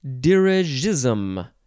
dirigism